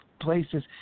places